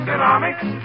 Economics